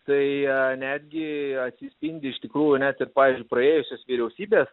tai netgi atsispindi iš tikrųjų net ir pavyzdžiui praėjusios vyriausybės